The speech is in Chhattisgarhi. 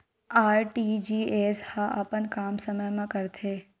आर.टी.जी.एस ह अपन काम समय मा करथे?